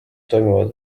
toimuvad